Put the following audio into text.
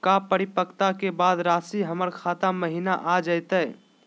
का परिपक्वता के बाद रासी हमर खाता महिना आ जइतई?